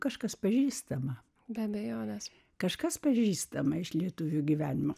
kažkas pažįstama be abejonės kažkas pažįstama iš lietuvių gyvenimo